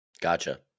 Gotcha